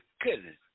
goodness